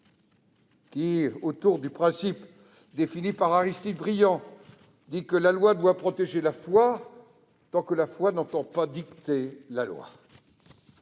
Je pense au principe défini par Aristide Briand selon lequel la loi doit protéger la foi tant que la foi n'entend pas dicter la loi.